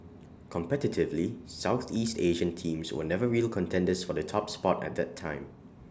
competitively Southeast Asian teams were never real contenders for the top spot at that time